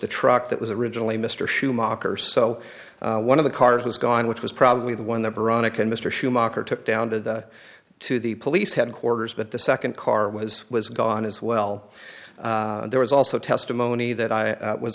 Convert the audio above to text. the truck that was originally mr schumacher so one of the cars was gone which was probably the one that veronica and mr schumacher took down to the to the police headquarters but the second car was was gone as well there was also testimony that i was